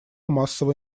массовой